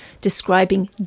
describing